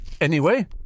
Anyway